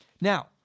Now